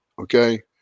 okay